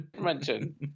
mention